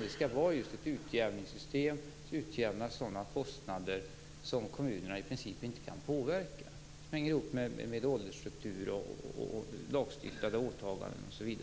Det skall vara just ett utjämningssystem som skall utjämna sådana kostnader som kommunerna i princip inte kan påverka, utan som hänger ihop med åldersstruktur, lagstiftade åtaganden osv.